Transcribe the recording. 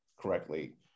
correctly